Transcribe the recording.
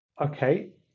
Okay